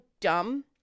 dumb